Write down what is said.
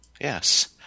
Yes